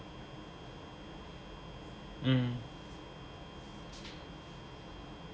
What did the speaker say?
um